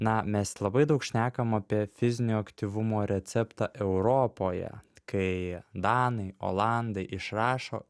na mes labai daug šnekam apie fizinio aktyvumo receptą europoje kai danai olandai išrašo